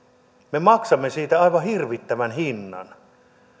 me maksamme siitä aivan hirvittävän hinnan